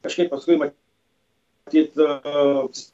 kažkaip paskui matyt